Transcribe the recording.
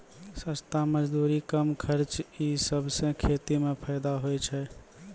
सस्ता मजदूरी, कम खर्च ई सबसें खेती म फैदा होय छै